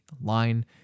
line